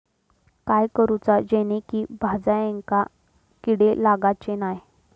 काय करूचा जेणेकी भाजायेंका किडे लागाचे नाय?